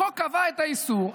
החוק קבע את האיסור,